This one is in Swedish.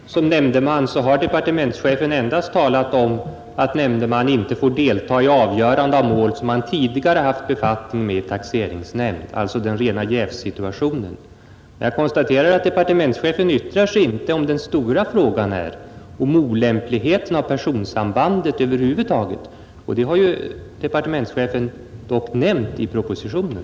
Herr talman! Vad gäller frågan om valbarhet som nämndeman har departementschefen endast talat om att nämndeman inte får delta i avgörande av mål som han tidigare haft befattning med i taxeringsnämnd, alltså den rena jävssituationen. Jag konstaterar att departementschefen inte uttalade sig i den stora frågan, dvs. om olämpligheten av personsambandet över huvud taget. Det har departementschefen dock nämnt i propositionen.